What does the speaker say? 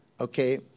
Okay